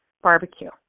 barbecue